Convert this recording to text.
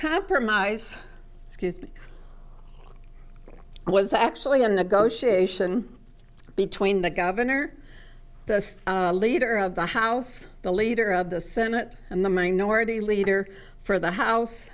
compromise was actually a negotiation between the governor the leader of the house the leader of the senate and the minority leader for the house